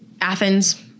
Athens